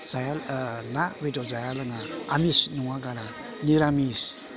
जायहा ना बेदर जाया लोङा आमिस नङा गारा निरामिस